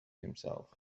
himself